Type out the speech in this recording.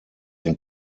den